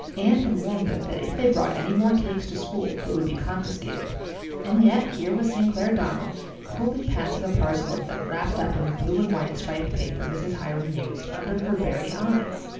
anne had warned them that if they brought any more cakes to school they would be confiscated and yet here was st. clair donnell coolly passing a parcel of them, wrapped up in the blue and white striped paper mrs. hiram used, under her very eyes.